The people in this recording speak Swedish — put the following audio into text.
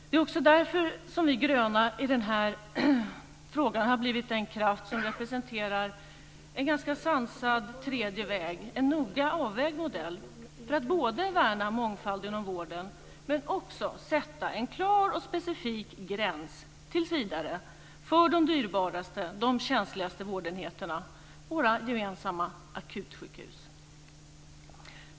Det är också därför som vi gröna i den här frågan har blivit den kraft som representerar en ganska sansad tredje väg, en noga avvägd modell för att både värna mångfalden och vården men också sätta en klar och specifik gräns tills vidare för de dyrbaraste och känsligaste vårdenheterna - våra gemensamma akutsjukhus.